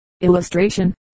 Illustration